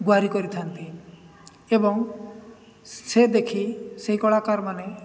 ଗୁହାରୀ କରିଥାନ୍ତି ଏବଂ ସେ ଦେଖି ସେହି କଳାକାରମାନେ